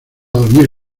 dormir